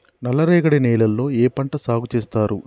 నల్లరేగడి నేలల్లో ఏ పంట సాగు చేస్తారు?